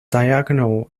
diagonal